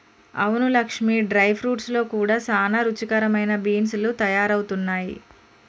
అవును Lakshmi dry fruits లో కూడా సానా రుచికరమైన బీన్స్ లు తయారవుతున్నాయి